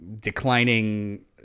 declining